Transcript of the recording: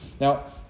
Now